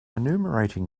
enumerating